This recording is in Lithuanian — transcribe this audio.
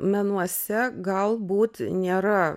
menuose galbūt nėra